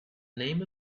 name